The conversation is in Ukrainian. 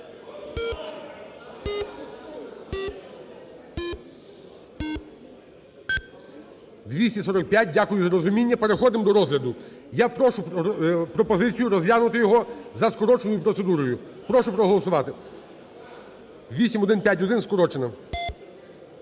245, дякую за розуміння. Переходимо до розгляду. Я прошу пропозицію розглянути його за скороченою процедурою. Прошу проголосувати. 8151 – скорочена.